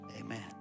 Amen